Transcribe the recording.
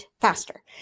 faster